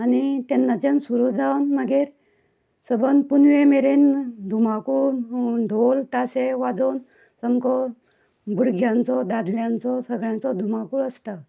आनी तेन्नाच्यान सुरू जावन मागीर सबन पुनवे मेरेन धुमाकूळ धोल ताशे वाजोवन सामको भुरग्यांचो दादल्यांचो सगळ्यांचो धुमाकूळ आसता